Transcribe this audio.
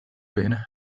bene